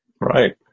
Right